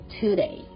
today